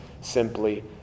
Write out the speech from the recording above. simply